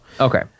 Okay